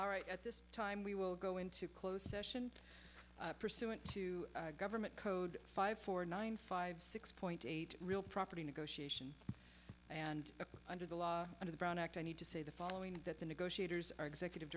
all right at this time we will go into closed session pursuant to government code five four nine five six point eight real property negotiation and under the law under the brown act i need to say the following that the negotiators are executive